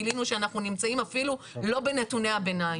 גילינו שאנחנו נמצאים אפילו לא בנתוני הביניים,